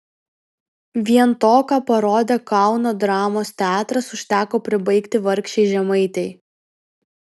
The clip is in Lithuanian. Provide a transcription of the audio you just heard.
vien to ką parodė kauno dramos teatras užteko pribaigti vargšei žemaitei